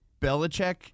Belichick